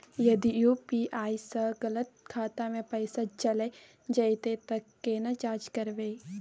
यदि यु.पी.आई स गलत खाता मे पैसा चैल जेतै त केना जाँच करबे?